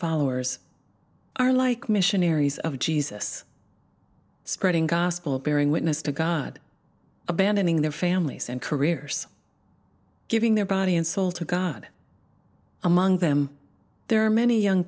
followers are like missionaries of jesus spreading gospel bearing witness to god abandoning their families and careers giving their body and soul to god among them there are many young